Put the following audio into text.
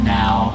now